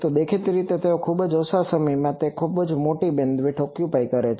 તો દેખીતી રીતે જ તેઓ ખૂબ ઓછા સમયમાં તેઓ મોટી બેન્ડવિડ્થ ઓક્યુપાય કરે છે